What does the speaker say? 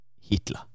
Hitler